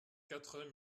quatre